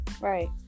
Right